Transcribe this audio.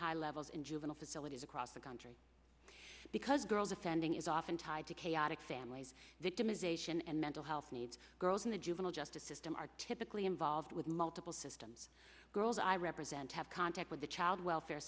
high levels in juvenile facilities across the country because girls offending is often tied to chaotic families victimization and mental health needs girls in the juvenile justice system are typically involved with multiple systems girls i represent have contact with the child welfare